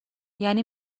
یعنی